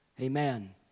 Amen